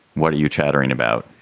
what are you chattering about?